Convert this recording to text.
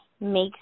makes